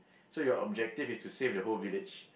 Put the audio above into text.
so your objective is to save the whole village